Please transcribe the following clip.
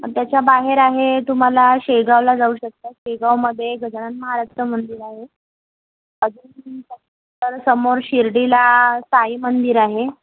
आणि त्याच्याबाहेर आहे तुम्हाला शेगावला जाऊ शकता शेगावमध्ये गजानन महाराजचं मंदिर आहे अजून त्या समोर शिर्डीला साईमंदिर आहे